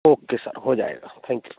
okay sir हो जाएगा thank you